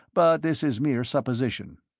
but this is mere supposition.